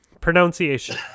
Pronunciation